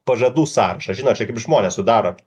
pažadų sąrašas žinot kaip žmonės sudaro